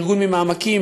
מארגון "ממעמקים",